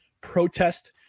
protest